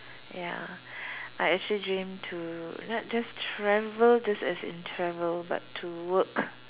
ya I actually dream to not just travel just as in travel but to work